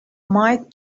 might